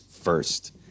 First